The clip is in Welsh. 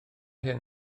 hyn